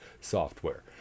software